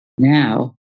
Now